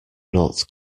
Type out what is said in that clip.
not